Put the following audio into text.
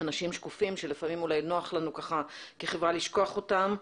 אנשים שקופים שלפעמים נוח לנו ככה כחברה לשכוח אותם,